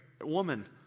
woman